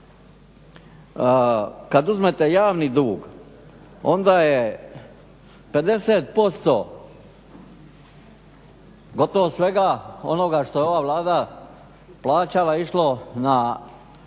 kad uzmete javni dug onda je 50% gotovo svega onoga što je ova Vlada plaćala išlo na